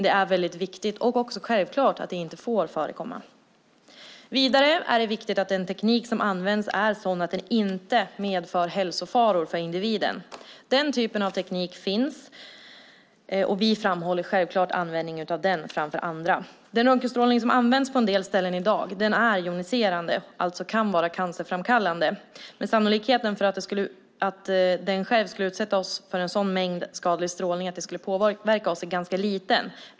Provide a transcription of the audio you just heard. Det är väldigt viktigt och också självklart att det inte får förekomma. Vidare är det viktigt att den teknik som används är sådan att den inte medför hälsofaror för individen. Den typen av teknik finns. Självklart framhåller vi användningen av den tekniken framför användningen av andra tekniker. Den röntgenstrålning som i dag används på en del ställen är joniserande och kan alltså vara cancerframkallande. Sannolikheten för att den skulle utsätta oss för en sådan mängd skadlig strålning att den påverkar oss är ganska liten.